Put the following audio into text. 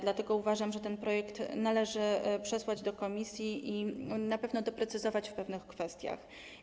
Dlatego uważam, że ten projekt należy przesłać do komisji i na pewno doprecyzować w pewnych kwestiach.